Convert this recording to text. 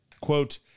Quote